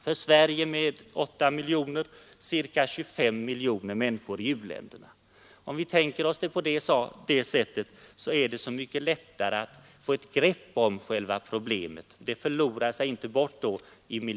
För Sverige med 8 miljoner människor skulle det bli ca 25 miljoner människor i u-länderna. Om vi tänker oss saken på det sättet, är det mycket lättare att få grepp om problemet.